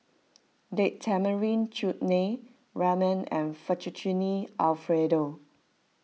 Date Tamarind Chutney Ramen and Fettuccine Alfredo